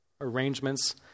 arrangements